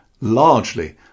largely